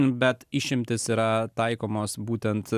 bet išimtys yra taikomos būtent